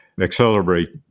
accelerate